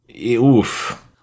Oof